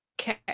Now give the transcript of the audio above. Okay